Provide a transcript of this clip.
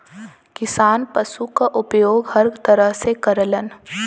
किसान पसु क उपयोग हर तरह से करलन